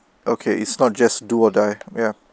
okay it's not just do or die ya